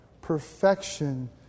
perfection